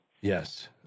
Yes